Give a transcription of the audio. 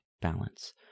balance